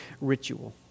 ritual